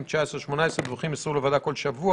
19-18 הדיווחים יימסרו לוועדה בכל שבוע,